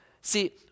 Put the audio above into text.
See